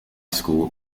school